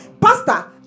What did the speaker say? Pastor